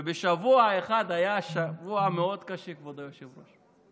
ובשבוע אחד, היה שבוע מאוד קשה, כבוד היושב-ראש,